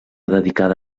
dedicada